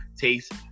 taste